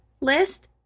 list